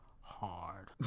Hard